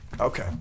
Okay